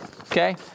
Okay